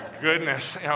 goodness